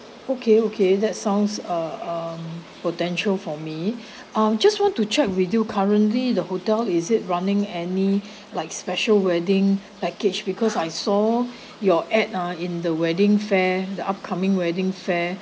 okay okay that sounds uh um potential for me I'll just want to check with you currently the hotel is it running any like special wedding package because I saw your ad ah in the wedding fair the upcoming wedding fair